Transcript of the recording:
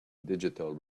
digital